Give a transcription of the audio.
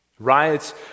Riots